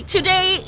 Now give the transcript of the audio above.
Today